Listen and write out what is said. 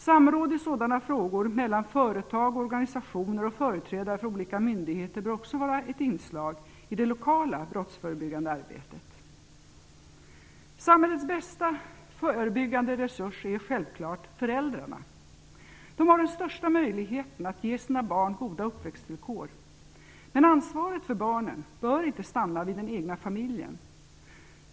Samråd i sådana frågor mellan företag, organisationer och företrädare för olika myndigheter bör också vara ett inslag i det lokala brottsförebyggande arbetet. Samhällets bästa förebyggande resurser är självklart föräldrarna. De har den största möjligheten att ge sina barn goda uppväxtvillkor. Men ansvaret för barnen bör inte stanna vid den egna familjen.